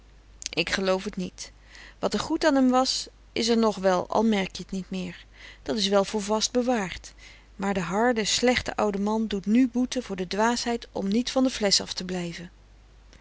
ik geloof t niet wat er goed an hem was is er nog wel al merk je t niet meer dat is wel voor vast bewaard maar de harde slechte oude man doet nu boete voor de dwaasheid om niet van de fles af te blijve